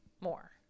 more